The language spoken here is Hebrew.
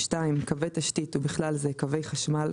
(2)קווי תשתית ובכלל זה קווי חשמל,